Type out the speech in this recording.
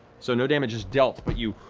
so no damage is dealt, but you